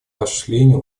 осуществлению